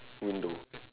window